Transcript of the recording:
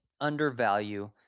undervalue